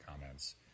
comments